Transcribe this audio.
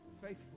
Faithful